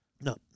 No